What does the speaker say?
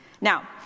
Now